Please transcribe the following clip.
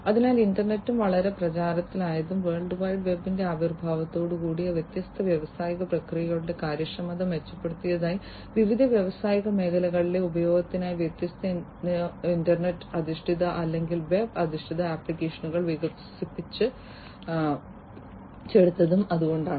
അതിനാൽ ഇൻറർനെറ്റും വളരെ പ്രചാരത്തിലായതും വേൾഡ് വൈഡ് വെബിന്റെ ആവിർഭാവത്തോടെ വ്യത്യസ്ത വ്യാവസായിക പ്രക്രിയകളുടെ കാര്യക്ഷമത മെച്ചപ്പെടുത്തുന്നതിനായി വിവിധ വ്യാവസായിക മേഖലകളിലെ ഉപയോഗത്തിനായി വ്യത്യസ്ത ഇന്റർനെറ്റ് അധിഷ്ഠിത അല്ലെങ്കിൽ വെബ് അധിഷ്ഠിത ആപ്ലിക്കേഷനുകൾ വികസിപ്പിച്ചെടുത്തതും അതുകൊണ്ടാണ്